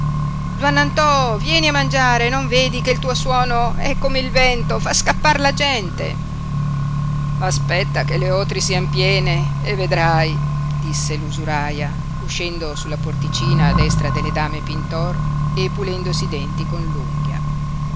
zuannantò vieni a mangiare non vedi che il tuo suono è come il vento fa scappar la gente aspetta che le otri siano piene e vedrai disse l'usuraia uscendo sulla porticina a destra delle dame pintor e pulendosi i denti con